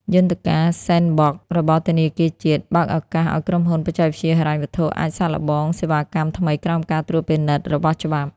យន្តការ "Sandbox" របស់ធនាគារជាតិ បើកឱកាសឱ្យក្រុមហ៊ុនបច្ចេកវិទ្យាហិរញ្ញវត្ថុអាចសាកល្បងសេវាកម្មថ្មីក្រោមការត្រួតពិនិត្យរបស់ច្បាប់។